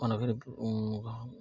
মানুহখিনি